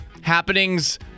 happenings